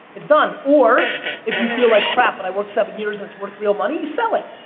it's done. or if you feel like crap but i work seven years it's worth real money, you sell it.